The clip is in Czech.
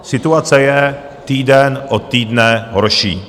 Situace je týden od týdne horší.